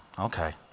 okay